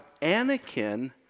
Anakin